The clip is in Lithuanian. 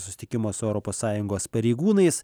susitikimo su europos sąjungos pareigūnais